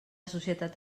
societat